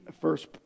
first